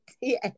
Yes